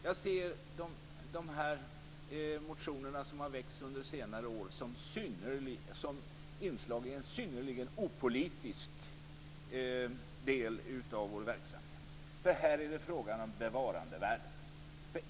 Jag ser de motioner som har väckts under senare år som inslag i en synnerligen opolitisk del av vår verksamhet. Här är det nämligen fråga om bevarandevärden.